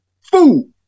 food